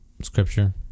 scripture